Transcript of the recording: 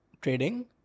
trading